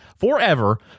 Forever